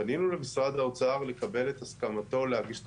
פנינו למשרד האוצר לקבל את הסכמתו להגיש את